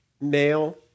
male